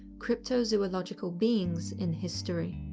cryptozoological beings in history.